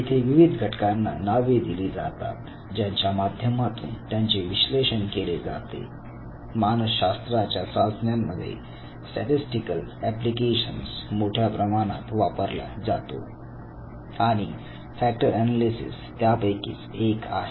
येथे विविध घटकांना नावे दिली जातात ज्याच्या माध्यमातून त्यांचे विश्लेषण केले जाते मानसशास्त्राच्या चाचण्यांमध्ये स्टॅटिस्टिकल ऍप्लिकेशन्स मोठ्या प्रमाणात वापरल्या जातो आणि फॅक्टर एनालिसिस त्यापैकीच एक आहे